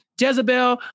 Jezebel